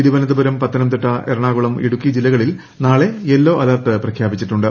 തിരുവനന്തപുരം പത്തനംതിട്ട എറണാകുളം ഇടുക്കി ജില്ലകളിൽ നാളെ ഉയ്ക്കോ അലർട്ട് പ്രഖ്യാപിച്ചിട്ടുണ്ട്